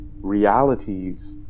realities